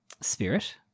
spirit